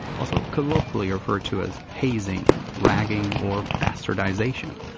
also colloquially referred to as hazing, ragging or bastardization.